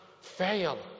fail